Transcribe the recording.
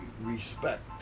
respect